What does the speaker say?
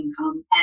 income